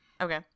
Okay